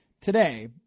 today